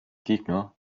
gegner